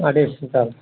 additional charge